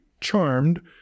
charmed